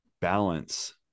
balance